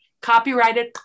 Copyrighted